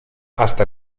hasta